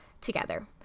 together